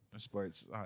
Sports